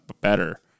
better